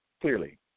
clearly